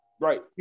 Right